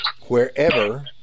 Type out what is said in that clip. wherever